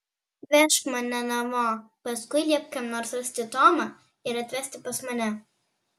vežk mane namo paskui liepk kam nors rasti tomą ir atvesti pas mane